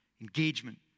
engagement